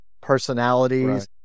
personalities